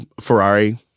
Ferrari –